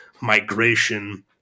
migration